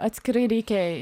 atskirai reikia